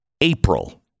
April